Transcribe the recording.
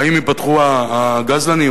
האם ייפתחו ה"גזלנים",